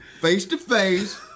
face-to-face